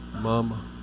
Mama